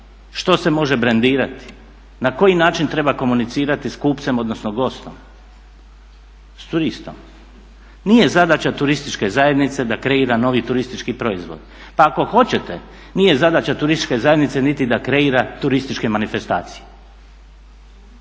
što se može brendirati, na koji način treba komunicirati s kupcem, odnosno gostom s turistom. Nije zadaća turističke zajednice da kreira novi turistički proizvod. Pa ako hoćete nije zadaća turističke zajednice niti da kreira turističke manifestacije.